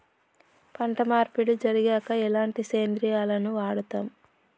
పంట మార్పిడి జరిగాక ఎలాంటి సేంద్రియాలను వాడుతం?